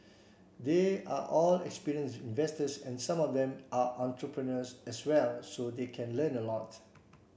they are all experienced investors and some of them are entrepreneurs as well so they can learn a lot